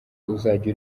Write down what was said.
uzajya